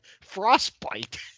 frostbite